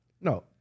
No